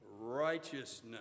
righteousness